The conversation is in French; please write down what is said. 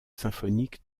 symphonique